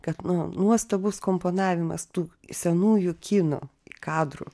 kad na nuostabus komponavimas tų senųjų kino kadrų